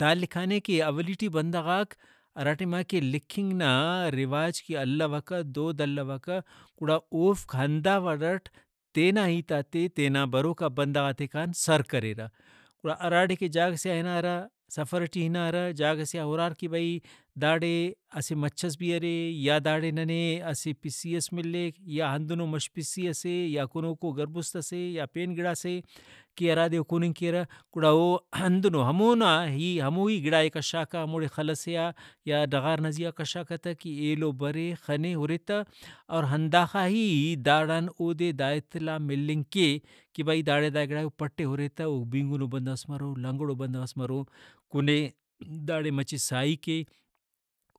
دا لکھانے کہ اولی ٹی بندغاک ہرا ٹائما کہ لکھنگ نا رواج کہ الوکہ دود الوکہ گڑا اوفک ہندا وڑٹ تینا ہیتاتے تینا بروکا بندغاتیکان سر کریرہ۔ گڑا ہراڑے کہ جاگہ سے آ ہنارہ سفر ٹی ہنارہ جاگہ سے ہُرار کہ بھئی داڑے اسہ مچھ ئس بھی ارے یا داڑے ننے اسہ پِسۤی ئس ملیک یا ہندنو مش پسی ئسے یا کنوکو گربُست ئسے یا پین گڑاسے کہ ہرادے او کُننگ کیرہ گڑا او ہندنو ہموناہی ہموہی گڑائے کشاکہ ہموڑے خل ئسے آ یا ڈغار نا زیہا کشاکہ تہ کہ ایلو برے خنے ہُرے تہ اور ہنداخہ ہی داڑان اودے دا اطلاع مِلنگ کے کہ بھئی داڑے دا گڑائے او پُٹے ہُرے تہ او بینگنو بندغس مرو لنگڑو بندغس کُنے داڑے مچہ ساہی کے